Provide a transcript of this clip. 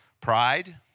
Pride